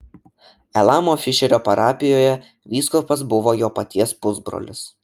elamo fišerio parapijoje vyskupas buvo jo paties pusbrolis